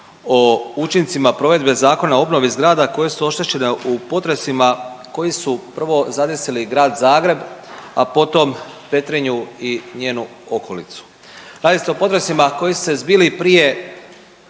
o učincima provedbe Zakona o obnovi zgrada koje su oštećene u potresima koji su prvo zadesili Grad Zagreb, a potom Petrinju i njenu okolicu, zaista u potresima koji su se zbili prije